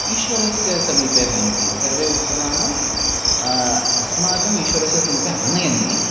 ईश्वरस्य समीपे भवन्ति सर्वे उत्सवानाम् अस्माकम् ईश्वरस्य समीपे आनयन्ति